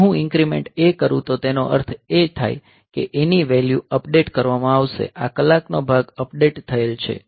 જો હું increment A કરું તો તેનો અર્થ એ કે A ની વેલ્યુ અપડેટ કરવામાં આવશે આ કલાકનો ભાગ અપડેટ થયેલ છે